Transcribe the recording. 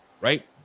right